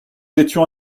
étions